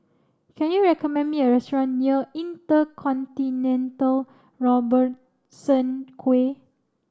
can you recommend me a restaurant near InterContinental Robertson Quay